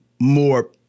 more